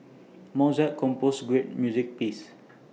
Mozart composed great music pieces